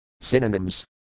Synonyms